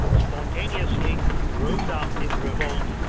spontaneously rose up in revolt,